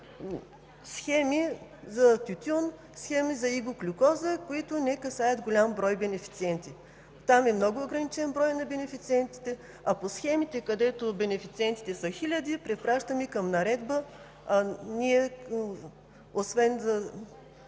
схеми за тютюн, схеми за изоглюкоза, които не касаят голям брой бенефициенти. Там е много ограничен броя на бенефициентите, а по схемите, където бенефициентите са хиляди, препращаме към наредба. Ние освен да